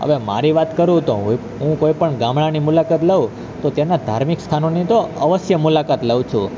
હવે મારી વાત કરું તો હું કોઈ પણ ગામડાની મુલાકાત લઉં તો તેના ધાર્મિક સ્થાનોની તો અવશ્ય મુલાકાત લઉં છું